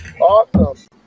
Awesome